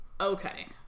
okay